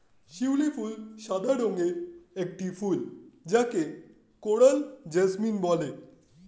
শিউলি ফুল সাদা রঙের একটি ফুল যাকে কোরাল জেসমিন বলে